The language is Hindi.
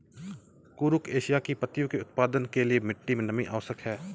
कुरुख एशिया की पत्तियों के उत्पादन के लिए मिट्टी मे नमी आवश्यक है